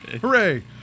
Hooray